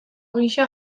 gisa